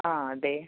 ആ ആതെ